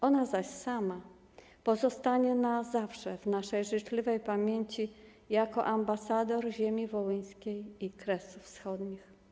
Ona zaś sama pozostanie na zawsze w naszej życzliwej pamięci jako ambasador ziemi wołyńskiej i Kresów Wschodnich.